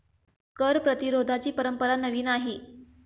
कर प्रतिरोधाची परंपरा नवी नाही